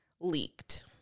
leaked